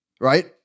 right